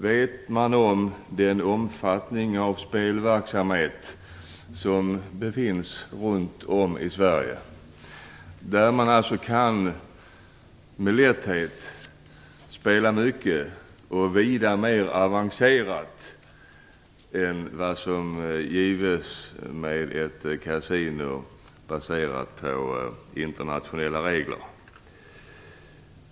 Är man medveten om den omfattning av spelverksamhet som bedrivs runt om i Sverige? Man kan med lätthet spela mycket och vida mer avancerat än vad man kan på ett kasino baserat på internationella regler.